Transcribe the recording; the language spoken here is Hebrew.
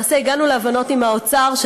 למעשה הגענו להבנות עם האוצר,